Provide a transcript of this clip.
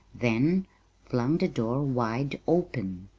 then flung the door wide open.